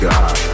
God